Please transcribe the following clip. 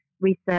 research